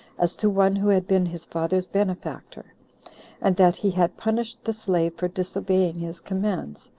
as to one who had been his father's benefactor and that he had punished the slave for disobeying his commands,